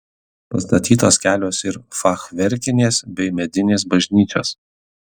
pastatytos kelios ir fachverkinės bei medinės bažnyčios